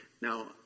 Now